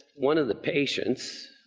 one of the patients